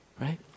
right